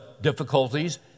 difficulties